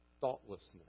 thoughtlessness